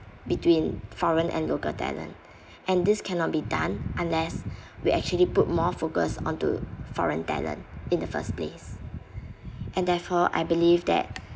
between foreign and local talent and this cannot be done unless we actually put more focus onto foreign talent in the first place and therefore I believe that